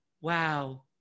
Wow